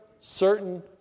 certain